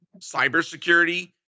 cybersecurity